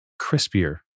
crispier